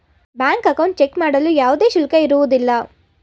bank account check ಮಾಡಲು ಯಾವುದೇ ಶುಲ್ಕ ಇರುವುದಿಲ್ಲ